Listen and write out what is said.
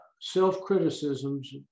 self-criticisms